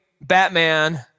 Batman